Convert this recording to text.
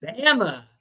Bama